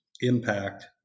impact